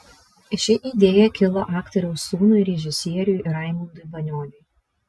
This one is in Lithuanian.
ši idėja kilo aktoriaus sūnui režisieriui raimundui banioniui